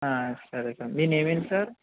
సరే సార్ మీ నేమ్ ఏంటి సార్